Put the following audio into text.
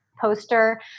poster